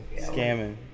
Scamming